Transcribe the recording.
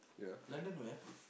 London where ah